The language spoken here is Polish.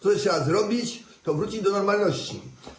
To, co trzeba zrobić, to wrócić do normalności.